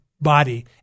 body